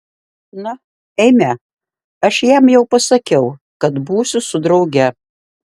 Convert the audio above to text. na eime aš jam jau pasakiau kad būsiu su drauge